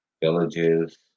villages